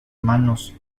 manos